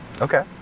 Okay